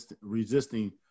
resisting